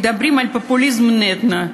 מדברים על פופוליזם נטו,